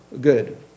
good